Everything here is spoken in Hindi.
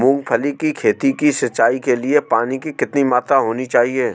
मूंगफली की खेती की सिंचाई के लिए पानी की कितनी मात्रा होनी चाहिए?